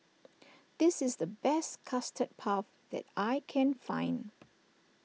this is the best Custard Puff that I can find